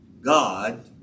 God